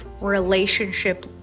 relationship